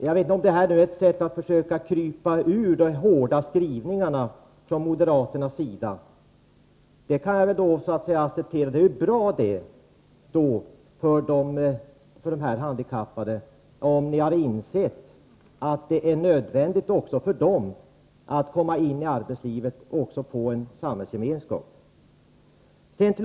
Jag vet inte om det här är ett sätt för moderaterna att komma från sina hårda skrivningar. Det kan jag acceptera. Det är bra för de handikappade om moderaterna har insett att det är nödvändigt också för de handikappade att komma in i arbetslivet och få en samhällsgemenskap.